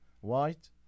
white